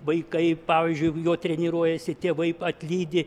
vaikai pavyzdžiui jo treniruojasi tėvai atlydi